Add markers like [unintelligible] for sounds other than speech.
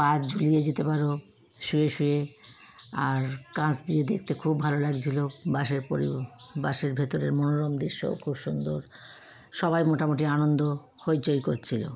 পা ঝুলিয়ে যেতে পারব শুয়ে শুয়ে আর কাচ দিয়ে দেখতে খুব ভালো লাগছিল বাসের [unintelligible] বাসের ভিতরের মনোরম দৃশ্যও খুব সুন্দর সবাই মোটামুটি আনন্দ হইচই করছিল